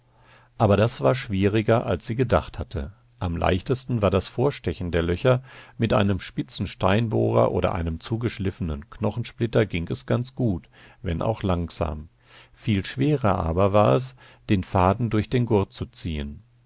aber das war schwieriger als sie gedacht hatte am leichtesten war das vorstechen der löcher mit einem spitzen steinbohrer oder einem zugeschliffenen knochensplitter ging es ganz gut wenn auch langsam viel schwerer war es aber den faden durch den gurt zu ziehen